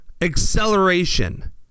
acceleration